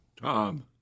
Tom